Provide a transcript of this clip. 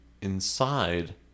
inside